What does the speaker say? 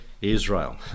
Israel